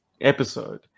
episode